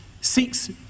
seeks